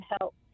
help